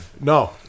No